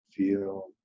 Feel